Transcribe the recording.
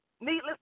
Needless